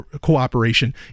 cooperation